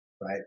right